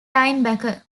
linebacker